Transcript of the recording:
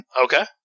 Okay